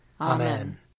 Amen